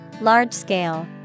Large-scale